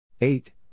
eight